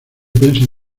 piensen